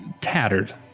tattered